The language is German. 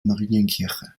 marienkirche